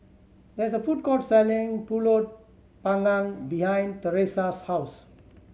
there is a food court selling Pulut Panggang behind Thresa's house